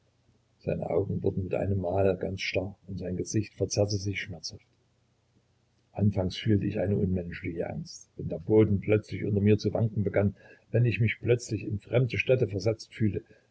seine augen wurden mit einem mal ganz starr und sein gesicht verzerrte sich schmerzhaft anfangs fühlte ich eine unmenschliche angst wenn der boden plötzlich unter mir zu wanken begann wenn ich mich plötzlich in fremde städte versetzt fühlte